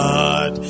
God